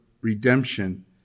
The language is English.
redemption